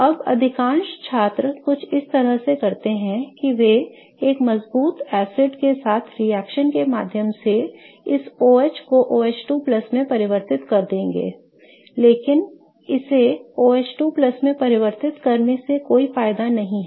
अब अधिकांश छात्र कुछ इस तरह से करते हैं कि वे एक मजबूत एसिड के साथ रिएक्शन के माध्यम से इस OH को OH2 में परिवर्तित कर देंगे लेकिन इसे OH2 में परिवर्तित करने से कोई फायदा नहीं है